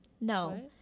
No